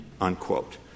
unquote